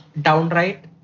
downright